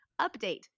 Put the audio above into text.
Update